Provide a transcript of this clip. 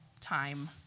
time